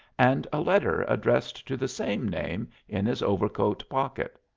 and a letter addressed to the same name in his overcoat pocket.